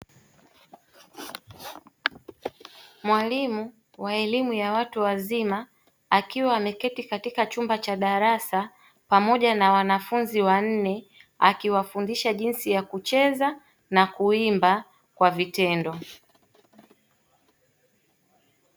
Mwalimu wa elimu ya watu wazima akiwa ameketi katika chumba cha darasa pamoja na wanafunzi wanne akiwafundisha jinsi ya kucheza na kuimba kwa vitendo.